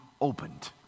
opened